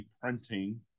printing